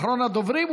אחרון הדוברים,